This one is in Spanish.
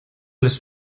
les